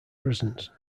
prisons